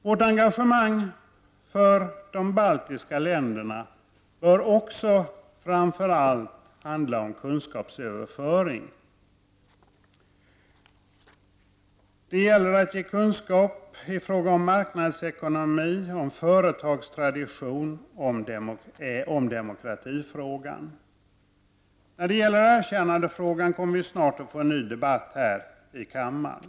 Vårt engagemang för de baltiska länderna bör också framför allt handla om kunskapsöverföring. Det gäller att ge kunskap i fråga om marknadsekonomi, om företagstradition, om demokratifrågan. När det gäller erkännandefrågan kommer vi snart att få en ny debatt här i kammaren.